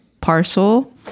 parcel